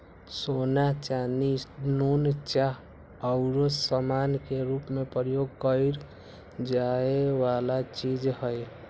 सोना, चानी, नुन, चाह आउरो समान के रूप में प्रयोग करए जाए वला चीज हइ